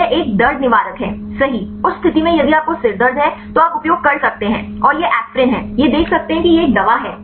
यह एक दर्द निवारक है सही उस स्थिति में यदि आपको सिरदर्द है तो आप उपयोग कर सकते हैं और यह एस्पिरिन है यह देख सकते हैं यह एक दवा है